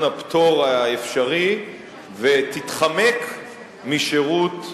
הפטור האפשרי ולהתחמק משירות צבאי.